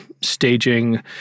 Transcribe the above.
staging